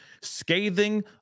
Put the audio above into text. scathing